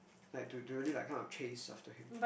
like to to really kind of chase after him